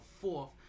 fourth